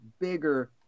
bigger